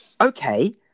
okay